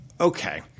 Okay